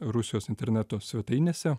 rusijos interneto svetainėse